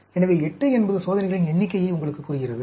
எனவே 8 என்பது சோதனைகளின் எண்ணிக்கையை உங்களுக்குக் கூறுகிறது